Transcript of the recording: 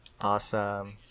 Awesome